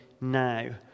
now